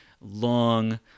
long